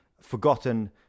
forgotten